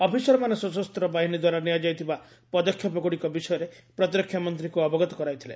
ଅଫିସରମାନେ ସଶସ୍ତ ବାହିନୀ ଦ୍ୱାରା ନିଆଯାଇଥିବା ପଦକ୍ଷେପ ଗୁଡ଼ିକ ବିଷୟରେ ପ୍ରତିରକ୍ଷା ମନ୍ତ୍ରୀଙ୍କୁ ଅବଗତ କରାଇଥିଲେ